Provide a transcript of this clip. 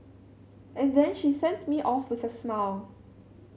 and then she sent me off with a smile